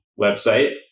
website